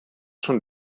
schon